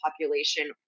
population